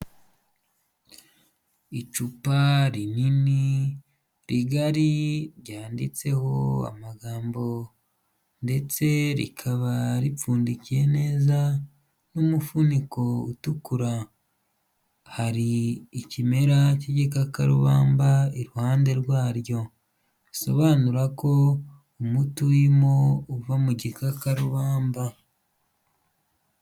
Icupa rinini rigari ryanditseho amagambo ndetse rikaba ripfundikiye neza n'umufuniko utukura. Hari ikimera cy'igikakarubamba iruhande rwaryo, risobanura ko umuti urimo uva mu gikakarubamba.